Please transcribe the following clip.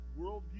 worldview